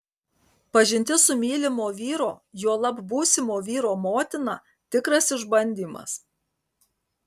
pažintis su mylimo vyro juolab būsimo vyro motina tikras išbandymas